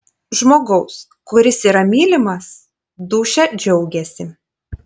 žmogaus kuris yra mylimas dūšia džiaugiasi